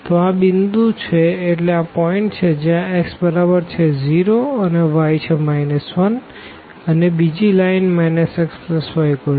તો આ પોઈન્ટ છે જ્યાં x બરાબર છે 0 અને y છે 1 અને બીજી લાઈન xy2